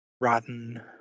rotten